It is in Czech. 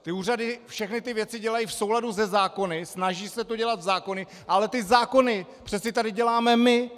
Ty úřady všechny ty věci dělají v souladu se zákony, snaží se to dělat zákonně, ale ty zákony přeci tady děláme my!